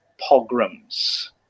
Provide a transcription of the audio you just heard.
pogroms